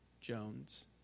Jones